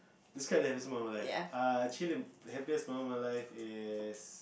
describe the happiest moment of your life err chilling the happiest moment of my life is